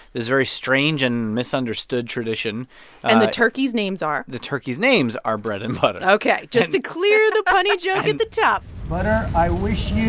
this very strange and misunderstood tradition and the turkeys' names are. the turkeys' names are bread and butter ok, just to clear the punny joke at and the top butter, i wish